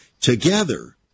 together